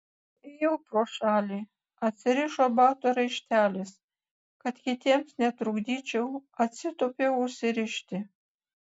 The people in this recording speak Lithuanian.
ėjau pro šalį atsirišo bato raištelis kad kitiems netrukdyčiau atsitūpiau užsirišti